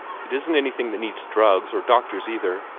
it isn't anything that needs drugs, or doctors either.